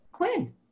Quinn